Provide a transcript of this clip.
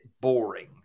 boring